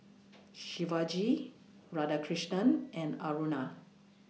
Shivaji Radhakrishnan and Aruna